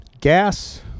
gas